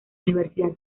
universidad